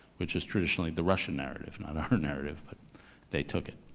which is traditionally the russian narrative, not our narrative, but they took it.